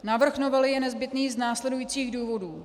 Návrh novely je nezbytný z následujících důvodů.